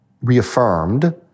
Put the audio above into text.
reaffirmed